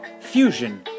Fusion